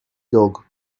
dog